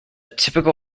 typical